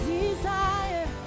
desire